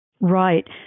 Right